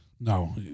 No